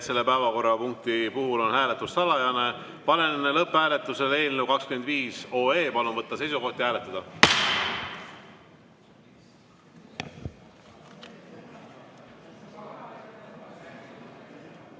selle päevakorrapunkti puhul on hääletus salajane. Panen lõpphääletusele eelnõu 25. Palun võtta seisukoht ja hääletada!